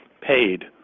paid